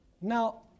Now